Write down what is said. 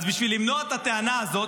אז בשביל למנוע את הטענה הזאת,